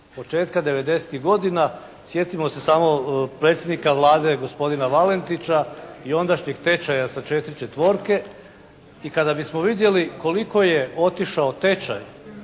početka '90.-ih godina, sjetimo se samo predsjednika Vlade gospodina Valentića i ondašnjeg tečaja sa 4 četvorke, i kada bismo vidjeli koliko je otišao tečaj